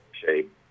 shape